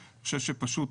אני חושב שפשוט